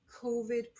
COVID